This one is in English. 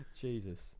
Jesus